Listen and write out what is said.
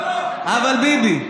אבל ביבי.